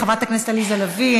חברת הכנסת עליזה לביא,